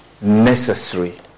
necessary